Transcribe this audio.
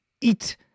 eat